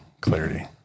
clarity